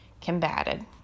combated